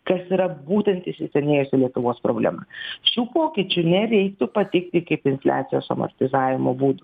kas yra būtent įsisenėjusi lietuvos problema šių pokyčių nereiktų pateikti kaip infliacijos amortizavimo būdų